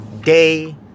day